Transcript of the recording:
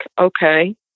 okay